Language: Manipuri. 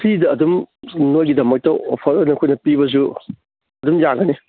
ꯐ꯭ꯔꯤꯗ ꯑꯗꯨꯝ ꯅꯣꯏꯒꯤꯗꯃꯛꯇ ꯑꯣꯐꯔ ꯑꯣꯏꯅ ꯑꯩꯈꯣꯏꯅ ꯄꯤꯕꯁꯨ ꯑꯗꯨꯝ ꯌꯥꯒꯅꯤ